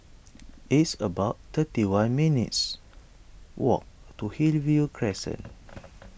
it's about thirty one minutes' walk to Hillview Crescent